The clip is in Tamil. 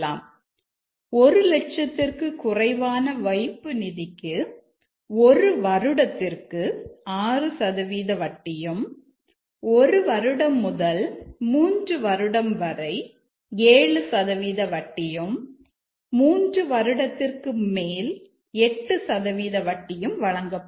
1 லட்சத்திற்கு குறைவான வைப்பு நிதிக்கு 1 வருடத்திற்கு 6 சதவீத வட்டியும் 1 வருடம் முதல் 3 வருடம் வரை 7 சதவீத வட்டியும் 3 வருடத்திற்கு மேல் 8 சதவீத வட்டியும் வழங்கப்படும்